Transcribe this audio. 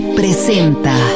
presenta